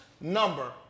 number